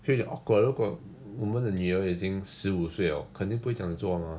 会有一点 awkward 如果我们的女儿已经十五岁 liao 肯定不会这样做吗